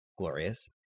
glorious